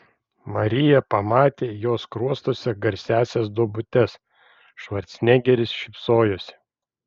marija pamatė jo skruostuose garsiąsias duobutes švarcnegeris šypsojosi